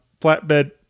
flatbed